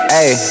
Hey